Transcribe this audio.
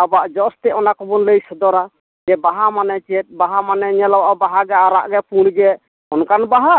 ᱟᱵᱚᱣᱟᱜ ᱡᱚᱥ ᱛᱮᱫ ᱚᱱᱟ ᱠᱚᱵᱚᱱ ᱞᱟᱹᱭ ᱥᱚᱫᱚᱨᱟ ᱡᱮ ᱵᱟᱦᱟ ᱢᱟᱱᱮ ᱪᱮᱫ ᱵᱟᱦᱟ ᱢᱟᱱᱮ ᱧᱮᱞᱚᱜᱼᱟ ᱵᱟᱦᱟ ᱜᱮ ᱟᱨᱟᱜ ᱜᱮ ᱯᱩᱬ ᱜᱮ ᱚᱱᱠᱟᱱ ᱵᱟᱦᱟ